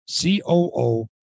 COO